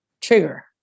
trigger